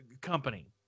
company